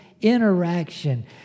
interaction